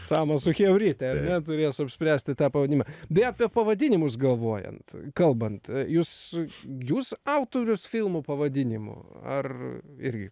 samas su chebryte ar ne turės apspręsti tą pavadinimą beje apie pavadinimus galvojant kalbant jūs jūs autorius filmų pavadinimų ar irgi